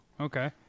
okay